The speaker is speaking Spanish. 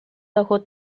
bajo